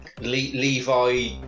Levi